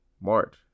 March